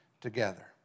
together